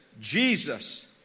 Jesus